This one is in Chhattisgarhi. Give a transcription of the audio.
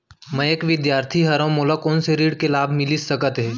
मैं एक विद्यार्थी हरव, मोला कोन से ऋण के लाभ मिलिस सकत हे?